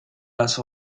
las